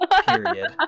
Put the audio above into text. Period